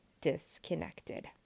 disconnected